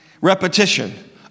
Repetition